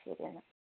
ശരി എന്നാൽ